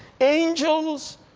angels